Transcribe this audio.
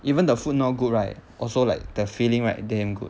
even the food not good right also like the feeling right damn good